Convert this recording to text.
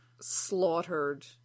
slaughtered